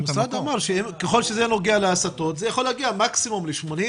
המשרד אמר שככול שזה נוגע להסטות זה יכול להגיע מקסימום ל-80,